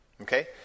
Okay